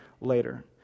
later